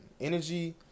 Energy